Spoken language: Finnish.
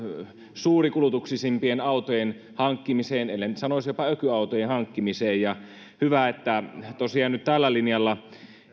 suurikulutuksisimpien autojen hankkimiseen ellen sanoisi jopa ökyautojen hankkimiseen hyvä että tosiaan nyt tällä linjalla